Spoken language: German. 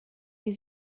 die